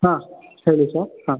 ಹಾಂ ಹೇಳಿ ಸರ್ ಹಾಂ